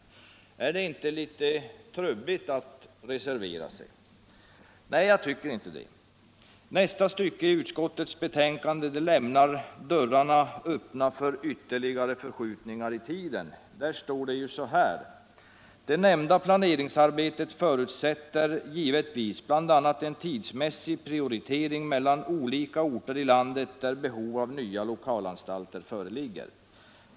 Är det inte litet trubbigt att reservera sig? Nej, jag tycker inte det. Nästa stycke i utskottets betänkande lämnar dörrarna öppna för ytterligare förskjutningar i tiden. Där står nämligen: "Det nämnda planeringsarbetet förutsätter givetvis bl.a. en tidsmässig prioritering mellan olika orter i landet där behov av nya lokalanstalter föreligger.